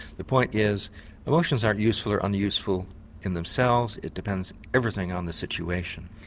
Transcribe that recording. the point is emotions aren't useful or unuseful in themselves, it depends everything on the situation.